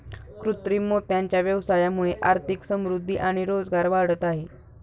कृत्रिम मोत्यांच्या व्यवसायामुळे आर्थिक समृद्धि आणि रोजगार वाढत आहे